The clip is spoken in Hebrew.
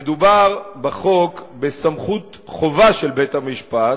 מדובר בחוק בסמכות חובה של בית-המשפט,